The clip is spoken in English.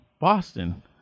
Boston